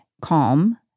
calm